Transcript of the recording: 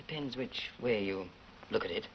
depends which when you look at it